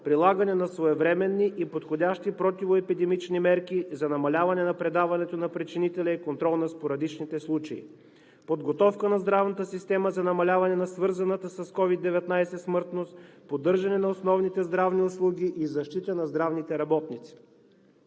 прилагане на своевременни и подходящи противоепидемични мерки за намаляване на предаването на причинителя и контрол на спорадичните случаи; подготовка на здравната система за намаляване на свързаната с COVID-19 смъртност; поддържане на основните здравни услуги и защита на здравните работници;